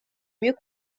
mieux